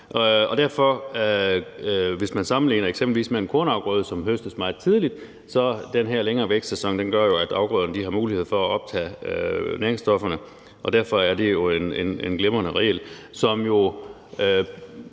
man sammenligner det med f.eks. en kornafgrøde, som høstes meget tidligt, så gør den her længere vækstsæson jo, at afgrøderne har mulighed for at optage næringsstofferne. Derfor er det en glimrende regel, som